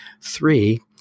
Three